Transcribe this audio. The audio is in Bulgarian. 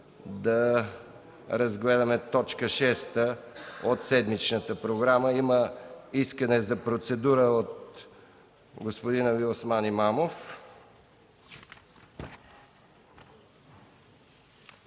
да разгледаме т. 6 от седмичната програма. Има искане за процедура от господин Алиосман Имамов.